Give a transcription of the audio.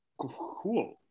Cool